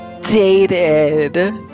dated